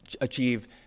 achieve